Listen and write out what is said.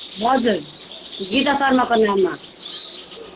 हजुर गीता शर्माको नाममा